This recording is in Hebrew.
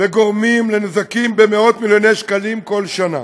וגורם לנזקים במאות מיליוני שקלים בכל שנה,